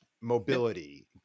mobility